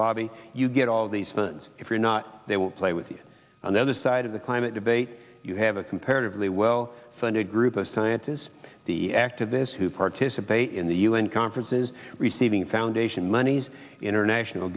lobby you get all these funds if you're not they will play with you on the other side of the climate debate you have a comparatively well funded group of scientists the activists who participate in the u n conferences receiving foundation monies international